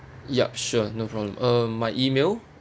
yup sure no problem uh my email